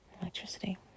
electricity